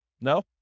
No